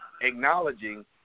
acknowledging